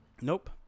Nope